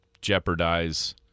jeopardize